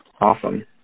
Awesome